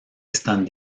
están